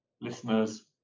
listeners